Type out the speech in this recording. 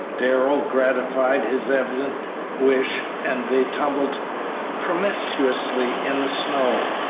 darrell gratified his evident wish and they tumbled promiscuously in the snow,